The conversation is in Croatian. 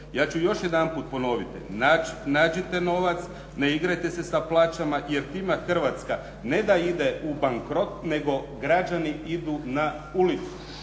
Ja ću još jedanput ponoviti. Nađite novac, ne igrajte se sa plaćama jer time Hrvatska ne da ide u bankrot, nego građani idu na ulicu